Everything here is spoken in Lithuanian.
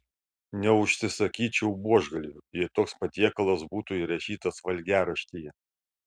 neužsisakyčiau buožgalvių jei toks patiekalas būtų įrašytas valgiaraštyje